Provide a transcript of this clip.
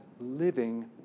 living